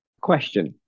Question